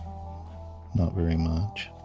not very much.